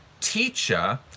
teacher